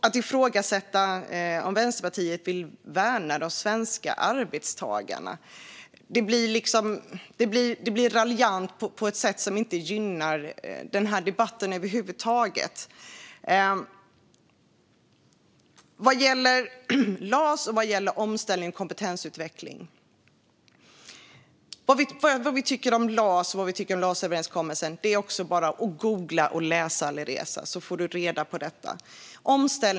Att ifrågasätta om Vänsterpartiet värnar de svenska arbetstagarna blir raljant på ett sätt som inte gynnar den här debatten över huvud taget. När det gäller vad vi tycker om LAS-överenskommelsen, omställning och kompetensutveckling är det också bara att googla och läsa, Alireza, så får du reda på detta.